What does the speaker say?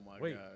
wait